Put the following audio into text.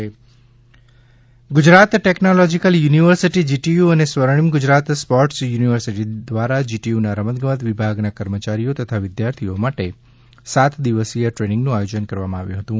GTU રમતગમત training Gujarat technological university GTU અને Swarnim Gujarat sports university ધ્વારા જીટીયુના રમતગમત વિભાગના કર્મચારીઓ તથા વિદ્યાર્થીઓ માટે સાત દિવસથી ટ્રેનીંગનું આયોજન કરવામાં આવ્યું હતું